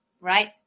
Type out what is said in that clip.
Right